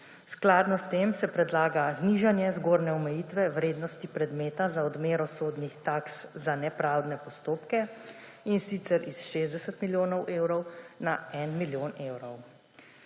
Skladno s tem se predlaga znižanje zgornje omejitve vrednosti predmeta za odmero sodnih taks za nepravdne postopke, in sicer s 60 milijonov evrov na milijon evrov.